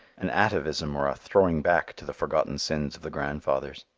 an atavism, or a throwing back to the forgotten sins of the grandfathers.